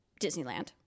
Disneyland